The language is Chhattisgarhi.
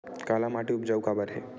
काला माटी उपजाऊ काबर हे?